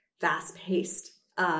fast-paced